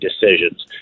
decisions